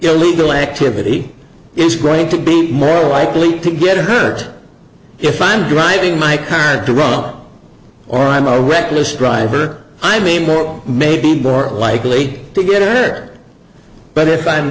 illegal activity it's great to be more likely to get hurt if i'm driving my car at the wrong or i'm a reckless driver i mean more maybe more likely to get there but if i'm